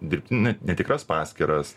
dirbtinai netikras paskyras